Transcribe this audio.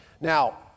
Now